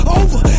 over